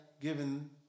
given